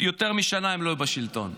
יותר משנה הם לא יהיו בשלטון.